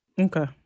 okay